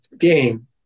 Game